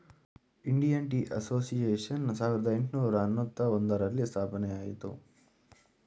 Indian tea association ಸಾವಿರದ ಏಟುನೂರ ಅನ್ನೂತ್ತ ಒಂದರಲ್ಲಿ ಸ್ಥಾಪನೆಯಾಯಿತು